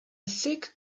thick